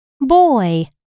boy